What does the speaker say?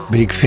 Big